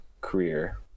career